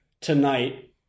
Tonight